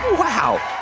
wow.